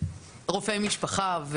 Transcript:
רופאי משפחה,